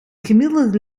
gemiddelde